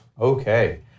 Okay